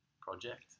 Project